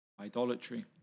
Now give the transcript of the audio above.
Idolatry